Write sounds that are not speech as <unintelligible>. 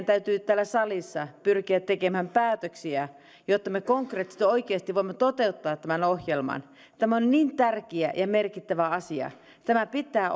<unintelligible> täytyy ensinnäkin täällä salissa pyrkiä tekemään päätöksiä jotta me konkreettisesti oikeasti voimme toteuttaa tämän ohjelman tämä on niin tärkeä ja merkittävä asia tämän pitää <unintelligible>